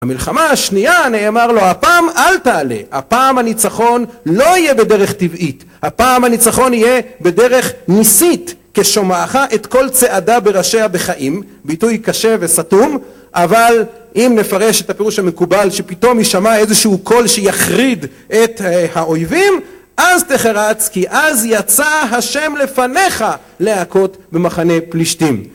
המלחמה השנייה, נאמר לו, הפעם אל תעלה, הפעם הניצחון לא יהיה בדרך טבעית, הפעם הניצחון יהיה בדרך ניסית, כשומעך את כל צעדה בראשיה בחיים, ביטוי קשה וסתום, אבל אם נפרש את הפירוש המקובל שפתאום ישמע איזשהו קול שיחריד את האויבים, אז תחרץ כי אז יצא ה' לפניך להכות במחנה פלישתים.